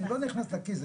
אני לא נכנס לכיס.